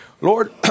Lord